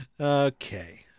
Okay